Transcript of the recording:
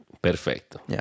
Perfecto